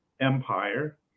empire